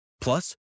Plus